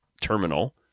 terminal